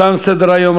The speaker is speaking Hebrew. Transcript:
תם סדר-היום.